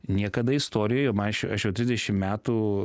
niekada istorijoj man aš jau aš jau trisdešimt metų